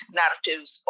narratives